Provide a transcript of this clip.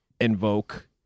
invoke